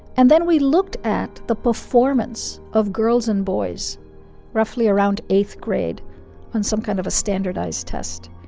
and then we looked at the performance of girls and boys roughly around eighth grade on some kind of a standardized test.